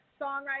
songwriter